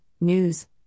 news